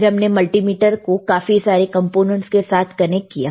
फिर हमने मल्टीमीटर को काफी सारे कंपोनेंट्स के साथ कनेक्ट किया